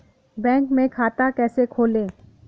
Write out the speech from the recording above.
Bank में खाता कैसे खोलें?